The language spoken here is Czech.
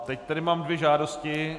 Teď tady mám dvě žádosti.